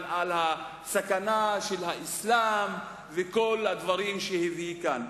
על הסכנה של האסלאם וכל הדברים שהביא כאן.